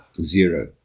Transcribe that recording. Zero